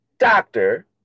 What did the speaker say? Doctor